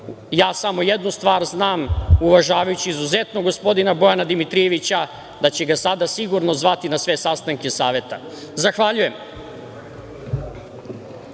ja samo jednu stvar znam, uvažavajući izuzetno gospodina Bojana Dimitrijevića, da će ga sada sigurno zvati na sve sastanke Saveta. Zahvaljujem.